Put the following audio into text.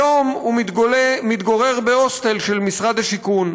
והיום הוא מתגורר בהוסטל של משרד השיכון,